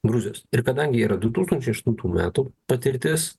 gruzijos ir kadangi yra du tūkstančiai aštuntų metų patirtis